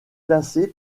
classés